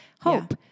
Hope